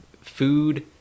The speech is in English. food